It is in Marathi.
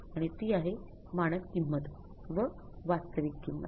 तर भौतिक रूपे